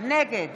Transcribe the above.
נגד